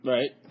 Right